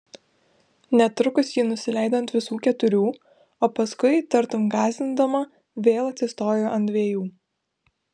netrukus ji nusileido ant visų keturių o paskui tartum gąsdindama vėl atsistojo ant dviejų